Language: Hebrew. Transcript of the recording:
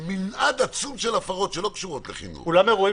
במנעד עצום של הפרות שלא קשורות לחינוך --- אולם אירועים